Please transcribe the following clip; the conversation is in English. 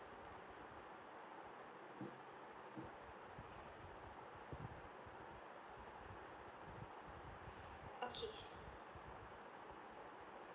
okay